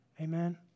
Amen